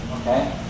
Okay